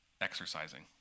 exercising